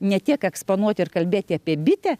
ne tiek eksponuoti ir kalbėti apie bitę